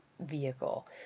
vehicle